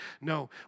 No